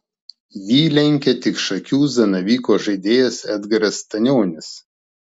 jį lenkia tik šakių zanavyko žaidėjas edgaras stanionis